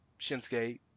Shinsuke